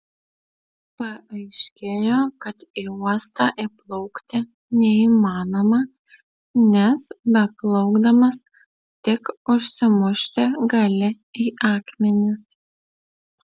paaiškėjo kad į uostą įplaukti neįmanoma nes beplaukdamas tik užsimušti gali į akmenis